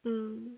mm